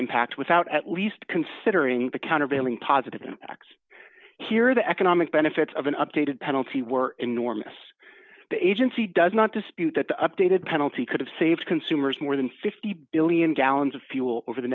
impact without at least considering the countervailing positive and here the economic benefits of an updated penalty were enormous the agency does not dispute that the updated penalty could have saved consumers more than fifty billion gallons of fuel over the